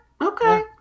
Okay